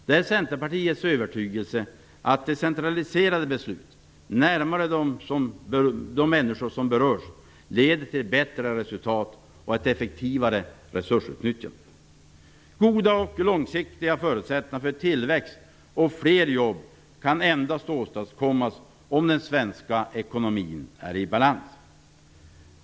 Det är Centerpartiets övertygelse att decentraliserade beslut, som fattas närmare de människor som berörs, leder till bättre resultat och ett effektivare resursutnyttjande. Goda och långsiktiga förutsättningar för tillväxt och fler jobb kan endast åstadkommas om den svenska ekonomin är i balans.